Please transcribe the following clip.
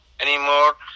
anymore